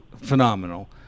phenomenal